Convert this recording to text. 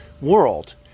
world